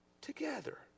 together